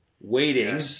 Waiting